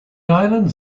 islands